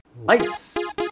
Lights